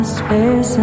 space